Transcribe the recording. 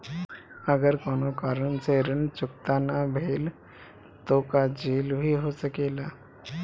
अगर कौनो कारण से ऋण चुकता न भेल तो का जेल भी हो सकेला?